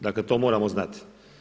Dakle to moramo znati.